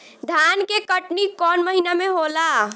धान के कटनी कौन महीना में होला?